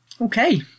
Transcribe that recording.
Okay